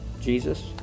Jesus